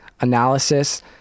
analysis